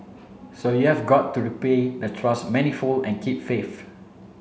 so you have got to repay the trust manifold and keep faith